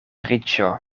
riĉo